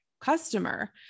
customer